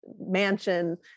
mansion